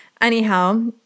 Anyhow